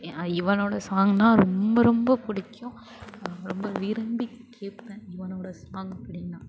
யுவனோட சாங்குனா ரொம்ப ரொம்ப பிடிக்கும் ரொம்ப விரும்பி கேட்பேன் யுவனோட சாங் அப்படின்னா